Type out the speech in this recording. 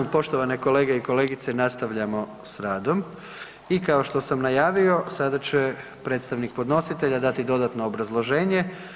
Poštovane kolege i kolegice, nastavljamo s radom i kao što sam najavio, sada će predstavnik podnositelja dati dodatno obrazloženje.